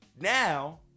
Now